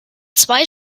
zwei